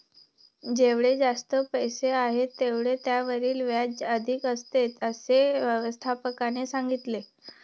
जेवढे जास्त पैसे आहेत, तेवढे त्यावरील व्याज अधिक असते, असे व्यवस्थापकाने सांगितले